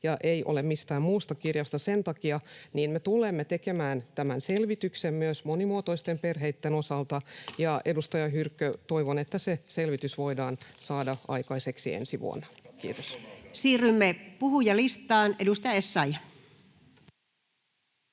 ja ei ole mistään muusta kirjausta, ja sen takia me tulemme tekemään selvityksen myös monimuotoisten perheitten osalta, ja edustaja Hyrkkö, toivon, että se selvitys voidaan saada aikaiseksi ensi vuonna. — Kiitos. Siirrymme puhujalistaan. — Edustaja Essayah.